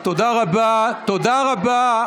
תודה רבה,